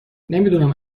نمیدونم